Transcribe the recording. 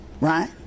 right